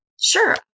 Sure